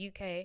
uk